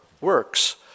works